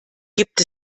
gibt